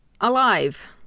alive